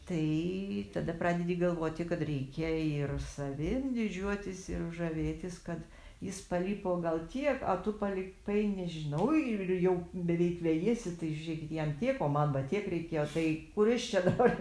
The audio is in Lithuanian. tai tada pradedi galvoti kad reikia ir savim didžiuotis ir žavėtis kad jis paliko gal tiek a tu palik tai nežinau ir jau beveik vejiesi tai žiūrėkit jam tiek o man va tiek reikėjo tai kuris čia dabar